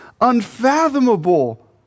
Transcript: unfathomable